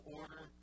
order